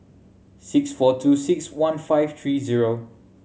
six four two six one five three zero